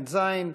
תשע"ז,